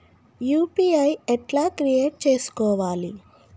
UPI ఎట్లా create చేసుకోవాలి?